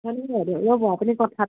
ৰব আপুনি কথাত